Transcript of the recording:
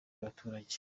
abaturage